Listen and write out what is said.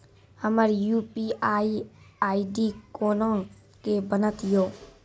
हमर UPI ID कोना के बनत यो?